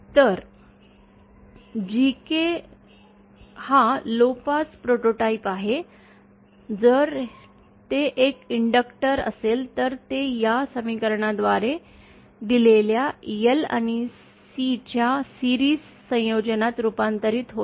तर GK हा low pass prototype आहे जर ते एक इंडक्टॅर असेल तर ते या समीकरणाद्वारे दिलेल्या L आणि Cच्या मालिका संयोजनात रूपांतरित होईल